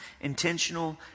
intentional